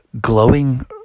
glowing